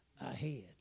ahead